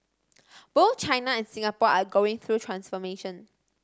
both China and Singapore are going through transformation